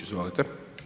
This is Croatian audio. Izvolite.